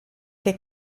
che